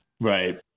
Right